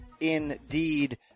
indeed